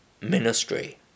ministry